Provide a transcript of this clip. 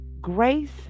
grace